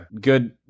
good